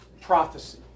prophecy